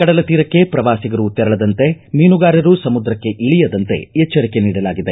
ಕಡಲ ತೀರಕ್ಕೆ ಪ್ರವಾಸಿಗರು ತೆರಳದಂತೆ ಮೀನುಗಾರರು ಸಮುದ್ರಕ್ಕೆ ಇಳಿಯದಂತೆ ಎಚ್ಚರಿಕೆ ನೀಡಲಾಗಿದೆ